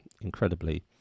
incredibly